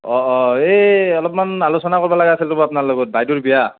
অঁ অঁ এই অলপমান আলোচনা কৰিব লগা আছিল ৰব আপোনাৰ লগত বাইদেউৰ বিয়া